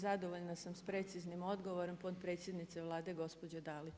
Zadovoljna sam s preciznim odgovorom, potpredsjednice Vlade, gospođe Dalić.